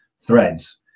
threads